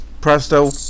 presto